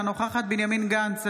אינה נוכחת בנימין גנץ,